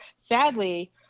sadly